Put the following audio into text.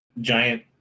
giant